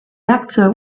actor